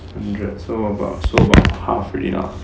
hundred so about so about half enough